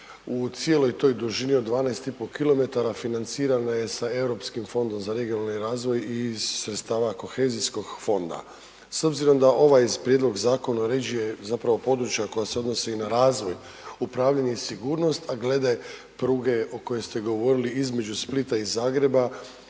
u cijeloj toj dužni od 12,5 km financirana je sa Europskim fondom za regionalni razvoj i iz sredstava Kohezijskog fonda. S obzirom da ovaj prijedlog zakona uređuje zapravo područja koja se odnose i na razvoj, upravljanje i sigurnost, a glede pruge o kojoj ste govorili između Splita i Zagreba